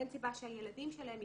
אין סיבה שהילדים שלהם יפגעו.